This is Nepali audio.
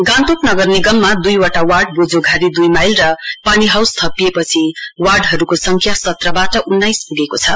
गान्तोक नगर निगममा दुईवटा वार्ड बोझोघारी दुई माइल र पानी हाउस थपिएपछि वार्डहरूको संख्या सत्रबाट उन्नाइस पुगेको छ